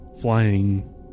flying